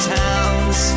towns